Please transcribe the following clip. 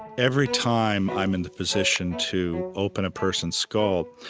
every time i'm in the position to open a person's skull,